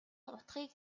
утгыг